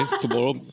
Tomorrow